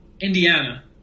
Indiana